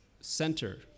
center